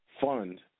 fund